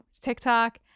TikTok